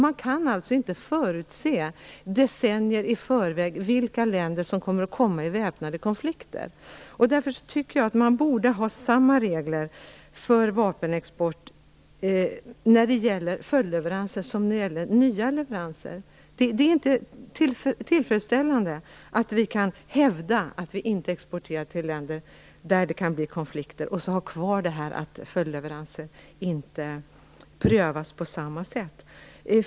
Man kan alltså inte förutse, decennier i förväg, vilka länder som kommer att hamna i väpnade konflikter. Därför borde det vara samma regler för vapenexport när det gäller följdleveranser och när det gäller nya leveranser. Det är inte tillfredsställande att vi kan hävda att vi inte exporterar till länder där det kan bli konflikter och ha kvar detta att följdleveranser inte prövas på samma sätt.